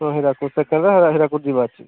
ହୀରାକୁଦ ସେକେଣ୍ଡରେ ହୀରାକୁଦ ଯିବାର ଅଛି